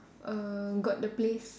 err got the place